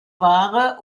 ware